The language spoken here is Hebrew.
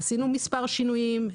עשינו מספר שינויים,